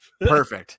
Perfect